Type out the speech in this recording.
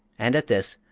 and at this,